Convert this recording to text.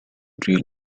deal